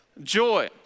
joy